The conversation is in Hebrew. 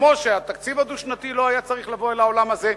כמו שהתקציב הדו-שנתי לא היה צריך לבוא אל העולם הזה,